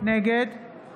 נגד